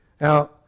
Now